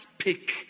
speak